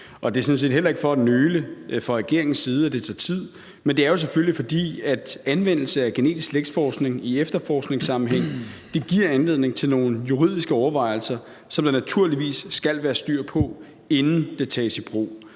set heller ikke, fordi regeringen nøler, at det tager tid, men det er jo selvfølgelig, fordi anvendelse af genetisk slægtsforskning i efterforskningssammenhæng giver anledning til nogle juridiske overvejelser, som der naturligvis skal være styr på, inden det tages i brug.